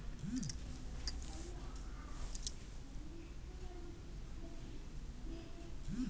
ತರಕಾರಿಗಳನ್ನು ಋತುಮಾನಕ್ಕೆ ಅನುಸರಿಸಿ ಸಾವಯವ ಕೃಷಿ ಮಾಡುವುದರಿಂದ ಗಳಿಸಬೋದು